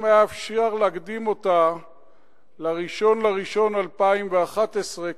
אם היה אפשר להקדים אותה ל-1 בינואר 2011,